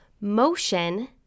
motion